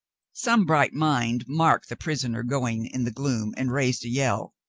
some bright mind marked the prisoner going in the gloom and raised a yell,